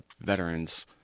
veterans